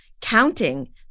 counting